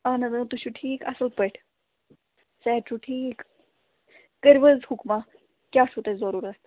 اَہَن حظ آ تۄہہِ چھُو ٹھیٖک اَصٕل پٲٹھۍ صحت چھُو ٹھیٖک کٔرِو حظ حُکما کیٛاہ چھُو تۄہہِ ضروٗرت